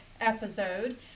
episode